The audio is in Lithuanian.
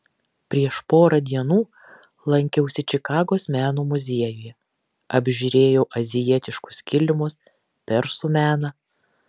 prieš porą dienų lankiausi čikagos meno muziejuje apžiūrėjau azijietiškus kilimus persų meną